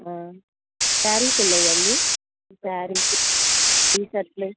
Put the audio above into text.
శారీస్ ఉన్నాయా అండి శారీస్ టీషర్ట్లు